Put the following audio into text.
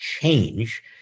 change